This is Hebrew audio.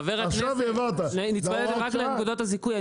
חבר הכנסת, נצמדתם רק לנקודות הזיכוי.